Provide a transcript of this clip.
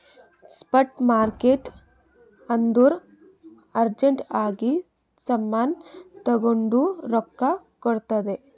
spot market ಅಂದುರ್ urgent ಆಗಿ ಸಾಮಾನ್ ತಗೊಂಡು ರೊಕ್ಕಾ ಕೊಡ್ತುದ್